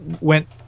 went